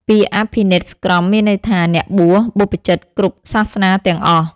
ពាក្យអភិនេស្ក្រម៍មានន័យថា អ្នកបួស បព្វជិតគ្រប់សាសនាទាំងអស់។